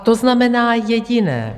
To znamená jediné.